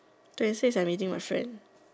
twenty fifth I am meeting my friend